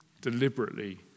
deliberately